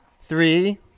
Three